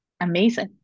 amazing